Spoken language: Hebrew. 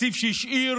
תקציב שהשאיר